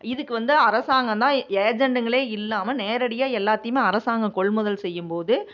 இதுக்கு வந்து அரசாங்கம் தான் ஏஜெண்டுங்களே இல்லாமல் நேரடியாக எல்லாத்தையுமே அரசாங்கம் கொள்முதல் செய்யும்போது